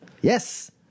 Yes